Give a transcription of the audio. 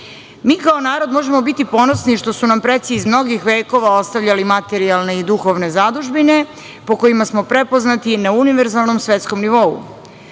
Mi kao narod možemo biti ponosni što su nam preci iz mnogih vekova ostavljali materijalne i duhovne zadužbine po kojima smo prepoznati na univerzalnom svetskom nivou.